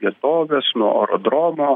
vietovės nuo aerodromo